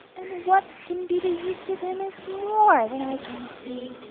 and what can be the use of him is more than i can see.